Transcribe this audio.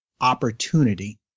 opportunity